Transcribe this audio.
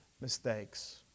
mistakes